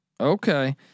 okay